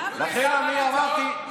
לכן אני אמרתי,